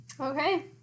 okay